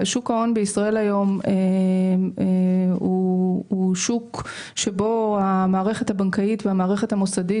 שוק ההון בישראל היום הוא שוק שבו המערכת הבנקאית והמערכת המוסדית